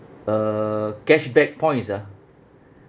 uh cashback points ah